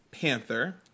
Panther